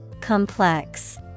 Complex